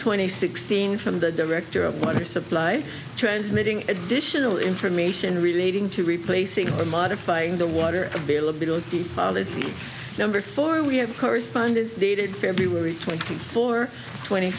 twenty sixteen from the director of water supply transmitting additional information relating to replace it or modifying the water availability number for we have correspondents dated february twenty four twenty